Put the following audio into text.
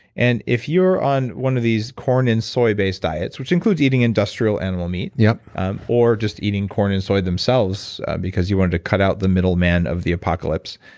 and if you're on one of these corn and soy based diets, which includes eating industrial animal meat, yeah or just eating corn and soy themselves because you wanted to cut out the middle man of the apocalypse